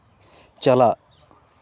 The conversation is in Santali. ᱪᱟᱞᱟᱜ